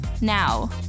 Now